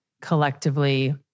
collectively